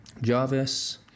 Jarvis